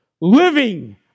living